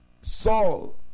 Saul